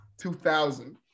2000